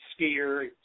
skier